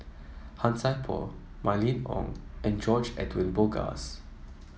Han Sai Por Mylene Ong and George Edwin Bogaars